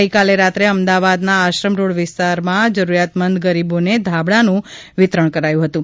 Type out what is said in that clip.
ગઈકાલે રાત્રે અમદાવાદના આશ્રમ રોડ વિસ્તારમાં જરૂરમંદ ગરીબોને ધાબળાનું વિતરણ કર્યું હતું